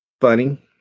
Funny